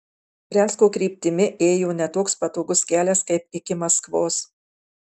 briansko kryptimi ėjo ne toks patogus kelias kaip iki maskvos